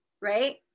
right